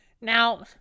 Now